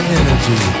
energy